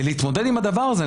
ולהתמודד עם הדבר הזה,